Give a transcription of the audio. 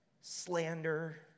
slander